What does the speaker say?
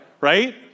right